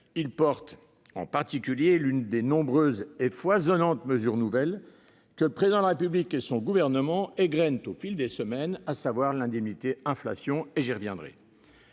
il promeut en particulier l'une des nombreuses et foisonnantes mesures nouvelles que le Président de la République et son gouvernement égrènent au fil des semaines, à savoir l'indemnité inflation. J'y reviendrai.